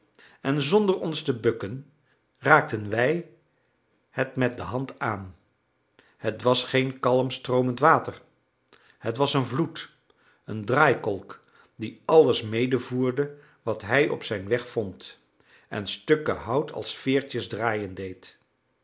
en zonder ons te bukken raakten wij het met de hand aan het was geen kalm stroomend water het was een vloed een draaikolk die alles medevoerde wat hij op zijn weg vond en stukken hout als veertjes draaien deed